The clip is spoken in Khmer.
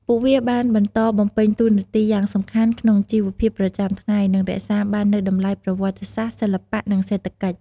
ពួកវាបានបន្តបំពេញតួនាទីយ៉ាងសំខាន់ក្នុងជីវភាពប្រចាំថ្ងៃ និងរក្សាបាននូវតម្លៃប្រវត្តិសាស្ត្រ សិល្បៈ និងសេដ្ឋកិច្ច។